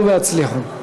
עלו והצליחו.